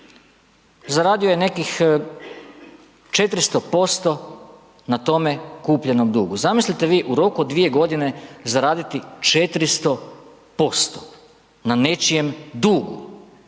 zaradio je nekih 400% na tome kupljenom dugu, zamislite vi u roku od 2 g. zaraditi 400% na nečijem dugu